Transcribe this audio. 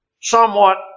somewhat